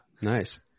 Nice